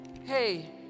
Hey